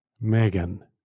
Megan